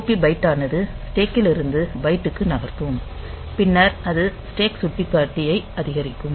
POP byte டானது ஸ்டேக்கிலிருந்து பைட்டுக்கு நகர்த்தும் பின்னர் அது ஸ்டாக் சுட்டிக்காட்டி ஐ அதிகரிக்கும்